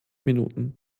minuten